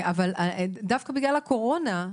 דווקא בגלל הקורונה,